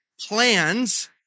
plans